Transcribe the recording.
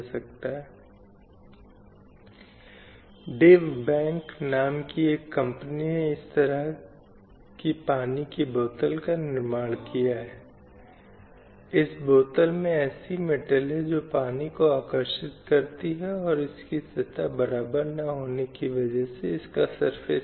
slide समय संदर्भ 2337 जिसने लैंगिक न्याय प्राप्त करने के लिए जो महत्वपूर्ण कार्य किया जाना है किया है अब यह अधिक आसानी से कहा जा सकता है कि असमानता या भेदभावपूर्ण प्रथाओं को दूर किया जाना चाहिए